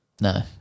No